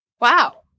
Wow